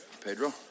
Pedro